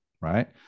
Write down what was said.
right